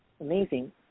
Amazing